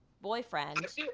boyfriend